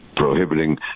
prohibiting